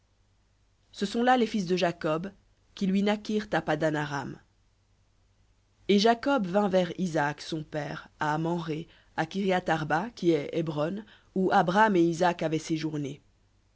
ce sont là les fils de jacob qui lui naquirent à paddan aram et jacob vint vers isaac son père à mamré à kiriath arba qui est hébron où abraham et isaac avaient séjourné